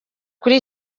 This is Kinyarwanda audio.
kuri